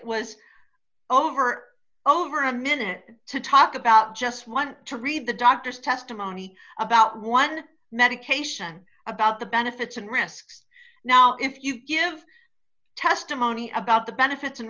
was over over a minute to talk about just one to read the doctor's testimony about one medication about the benefits and risks now if you give testimony about the benefits and